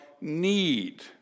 need